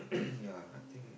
ya I think